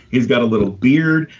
he's got a little beard,